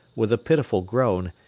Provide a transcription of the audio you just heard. with a pitiful groan,